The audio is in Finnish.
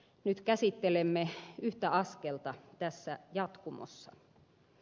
nyt käsittelemme yhtä askelta tässä jatkumossa